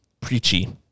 preachy